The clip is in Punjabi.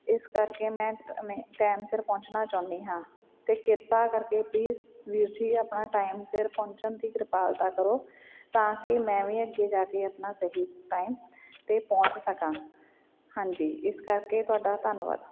ਇਸ ਕਰਕੇ ਮੈਂ ਟ ਮੈਂ ਟਾਈਮ ਸਿਰ ਪਹੁੰਚਣਾ ਚਾਹੁੰਦੀ ਹਾਂ ਅਤੇ ਕਿਰਪਾ ਕਰਕੇ ਪਲੀਜ਼ ਵੀਰ ਜੀ ਆਪਣਾ ਟਾਈਮ ਸਿਰ ਪਹੁੰਚਣ ਦੀ ਕਿਰਪਾਲਤਾ ਕਰੋ ਤਾਂ ਕਿ ਮੈਂ ਵੀ ਅੱਗੇ ਜਾ ਕੇ ਆਪਣਾ ਸਹੀ ਟਾਈਮ 'ਤੇ ਪਹੁੰਚ ਸਕਾਂ ਹਾਂਜੀ ਇਸ ਕਰਕੇ ਤੁਹਾਡਾ ਧੰਨਵਾਦ